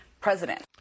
president